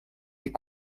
est